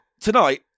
Tonight